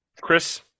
Chris